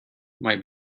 might